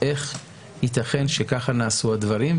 איך ייתכן שככה נעשו הדברים,